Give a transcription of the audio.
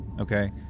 okay